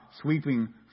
sweeping